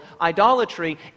idolatry